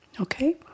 Okay